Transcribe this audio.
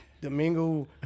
Domingo